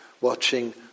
watching